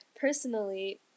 personally